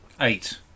Eight